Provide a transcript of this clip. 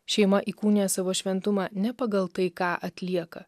šeima įkūnija savo šventumą ne pagal tai ką atlieka